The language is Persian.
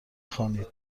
خوانید